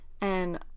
and-